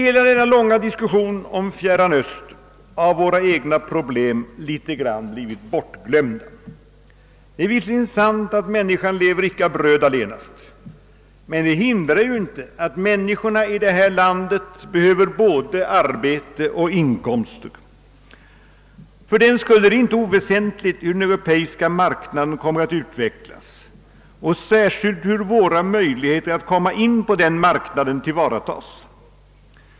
I hela denna långa diskussion om Fjärran Östern har våra egna problem litet grand blivit bortglömda. Det är visserligen sant att människan lever icke av bröd allenast, men det hindrar ju inte att människorna i det här landet behöver både arbete och inkomster. Fördenskull är det inte oväsentligt hur den europeiska marknaden utvecklas och särskilt hur våra möjligheter att komma in på den marknaden tillvaratas.